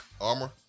Armor